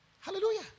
Hallelujah